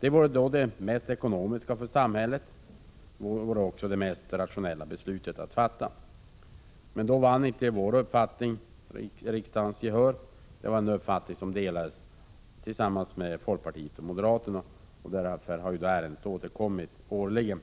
Det vore det mest ekonomiska för samhället. Det vore också det mest rationella beslutet att fatta. Men då vann inte vår uppfattning riksdagens gillande. Det var en uppfattning som vi delade med folkpartiet och moderaterna. Ärendet har sedan återkommit årligen.